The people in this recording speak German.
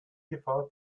gefahr